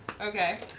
Okay